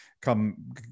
come